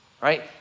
Right